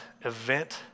event